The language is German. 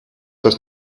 das